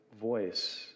voice